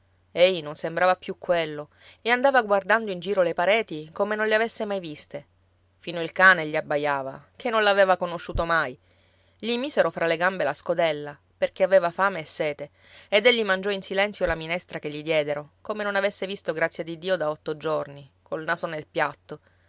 ei non sembrava più quello e andava guardando in giro le pareti come non le avesse mai viste fino il cane gli abbaiava ché non l'aveva conosciuto mai gli misero fra le gambe la scodella perché aveva fame e sete ed egli mangiò in silenzio la minestra che gli diedero come non avesse visto grazia di dio da otto giorni col naso nel piatto